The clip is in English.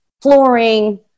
flooring